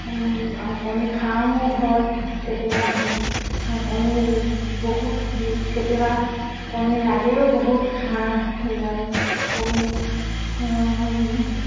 আৰু কণী খাওঁও ঘৰত কেতিয়াবা কণী বহুত কেতিয়াবা কণী লাগেও বহুত